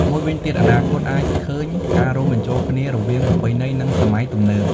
មួយវិញទៀត អនាគតអាចឃើញ ការរួមបញ្ចូលគ្នារវាងប្រពៃណី និងសម័យទំនើប។